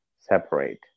separate